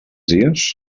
dies